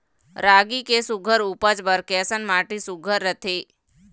रागी के सुघ्घर उपज बर कैसन माटी सुघ्घर रथे?